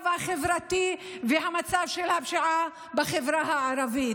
החברתי והמצב של הפשיעה בחברה הערבית.